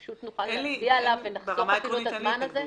פשוט נוכל להגיע אליו ונחסוך את כל הזמן הזה?